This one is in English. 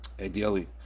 ideally